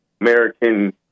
American